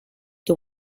the